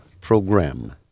Program